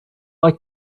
like